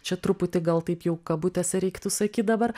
čia truputį gal taip jau kabutėse reiktų sakyt dabar